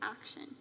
action